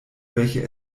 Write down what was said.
welche